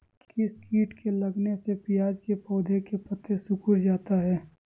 किस किट के लगने से प्याज के पौधे के पत्ते सिकुड़ जाता है?